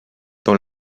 dans